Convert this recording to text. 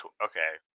Okay